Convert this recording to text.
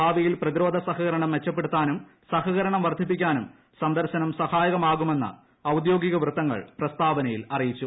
ഭാവിയിൽ പ്രതിരോധ സഹകരണം മെച്ചപ്പെടുത്താനും സഹകരണം വർദ്ധിപ്പിക്കാനും സന്ദർശനം സഹായകമാകുമെന്ന് ഔദ്യോഗിക വൃത്തങ്ങൾ പ്രസ്താവനയിൽ അറിയിച്ചു